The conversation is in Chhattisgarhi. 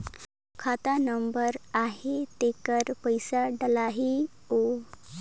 खाता नंबर आही तेकर पइसा डलहीओ?